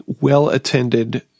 well-attended